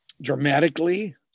Dramatically